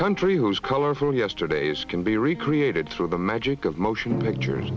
country whose colorful yesterdays can be recreated through the magic of motion pictures